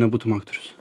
nebūtum aktorius